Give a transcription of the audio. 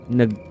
nag